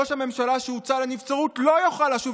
ראש הממשלה שהוצא לנבצרות לא יוכל לשוב